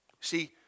See